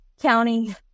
county